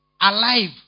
alive